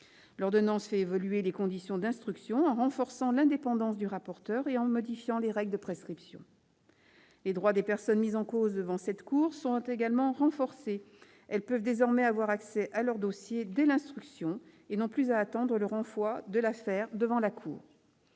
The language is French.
L'ordonnance fait évoluer les conditions d'instruction en renforçant l'indépendance du rapporteur et en modifiant les règles de prescription. Les droits des personnes mises en cause devant cette cour sont également renforcés : elles peuvent désormais avoir accès à leur dossier dès l'instruction et n'ont plus à attendre le renvoi de l'affaire devant la Cour.